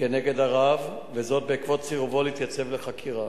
כנגד הרב, וזאת בעקבות סירובו להתייצב לחקירה.